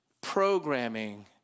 programming